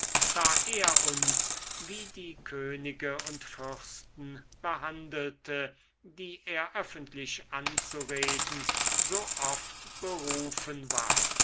da er uns wie die könige und fürsten behandelte die er öffentlich anzureden so oft berufen war